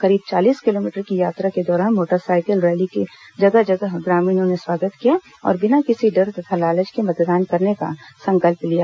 करीब चालीस किलोमीटर की यात्रा के दौरान मोटर साइकिल रैली का जगह जगह ग्रामीणों ने स्वागत किया और बिना किसी डर तथा लालच के मतदान करने का संकल्प लिया